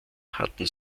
hatten